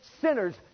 sinners